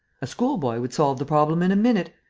a schoolboy would solve the problem in a minute,